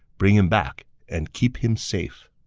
bring him back. and keep him safe.